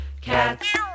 Cats